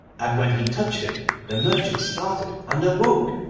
and when he touched it the merchant started and awoke,